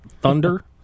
Thunder